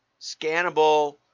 scannable